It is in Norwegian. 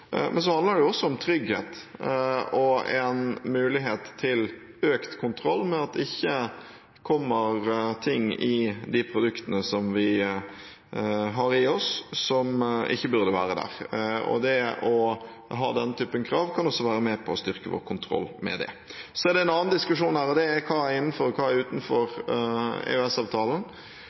det handler også om trygghet og om en mulighet til økt kontroll med at det ikke kommer ting i de produktene vi har i oss, som ikke burde være der. Det å ha den typen krav kan også være med på å styrke vår kontroll med det. Så er det en annen diskusjon her, nemlig: Hva er innenfor og hva er